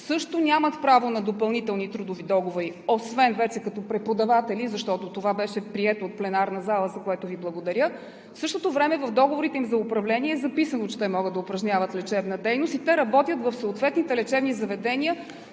също нямат право на допълнителни трудови договори, освен вече като преподаватели, защото това беше прието от пленарната зала, за което Ви благодаря. В същото време в договорите им за управление е записано, че те могат да упражняват лечебна дейност и те работят в съответните лечебни заведения,